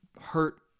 hurt